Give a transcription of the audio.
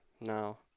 now